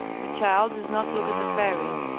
the child does not look at the fairies,